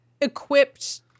equipped